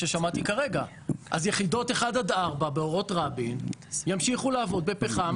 אז יחידות 1-4 אורות רבין ימשיכו לעבוד בפחם.